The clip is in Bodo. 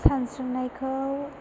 सानस्रिनायखौ